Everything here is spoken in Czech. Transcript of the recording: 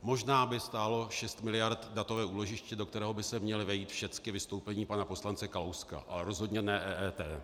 Možná by stálo 6 mld. datové úložiště, do kterého by se měla vejít všechna vystoupení pana poslance Kalouska, ale rozhodně ne EET.